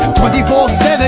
24-7